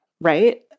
Right